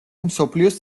მსოფლიოს